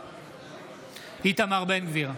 בעד איתמר בן גביר,